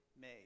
made